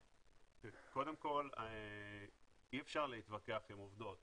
קודם כל אי אפשר להתווכח עם עובדות.